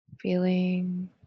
Feeling